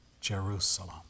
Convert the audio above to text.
Jerusalem